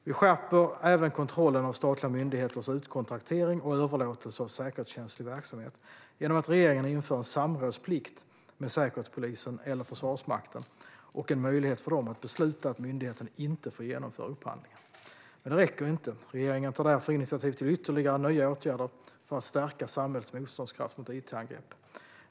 Vi skärper även kontrollen av statliga myndigheters utkontraktering och överlåtelse av säkerhetskänslig verksamhet genom att regeringen inför en samrådsplikt med Säkerhetspolisen eller Försvarsmakten och en möjlighet för dem att besluta att myndigheten inte får genomföra upphandlingen. Men det räcker inte. Regeringen tar därför initiativ till ytterligare nya åtgärder för att stärka samhällets motståndskraft mot it-angrepp.